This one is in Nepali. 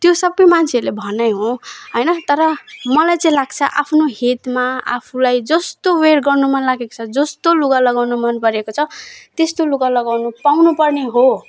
त्यो सबै मान्छेहरूले भनाइ हो होइन तर मलाई चाहिँ लाग्छ आफ्नो हितमा आफूलाई जस्तो वेर गर्न मन लागेको छ जस्तो लुगा लगाउन मनपरेको छ त्यस्तो लुगा लगाउन पाउन पर्ने हो